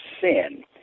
sin